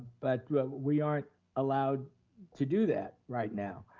but we aren't allowed to do that right now.